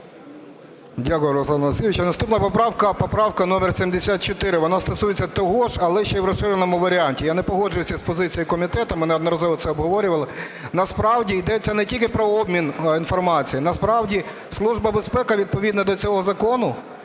Дякую, Руслан Олексійович. Наступна поправка – поправка номер 74. Вона стосується того ж, але ще в розширеному варіанті. Я не погоджуюсь з позицією комітету, ми неодноразово це обговорювали. Насправді йдеться не тільки про обмін інформацією. Насправді Служба безпеки відповідно до цього закону